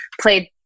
played